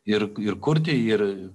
ir ir kurti ir